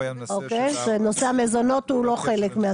אוקיי, שנושא המזונות הוא לא חלק מהסיפור.